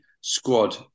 squad